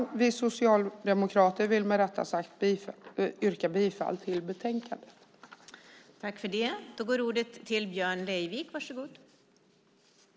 Jag som socialdemokrat vill med detta yrka bifall till utskottets förslag.